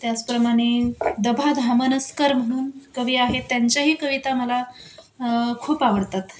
त्याचप्रमाणे द भा धामनस्कर म्हणून कवि आहे त्यांच्याही कविता मला खूप आवडतात